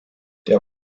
der